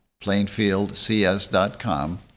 plainfieldcs.com